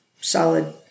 solid